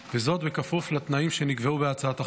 וזאת בכפוף לתנאים שנקבעו בהצעת החוק.